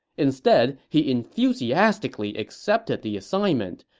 instead, he enthusiastically accepted the assignment,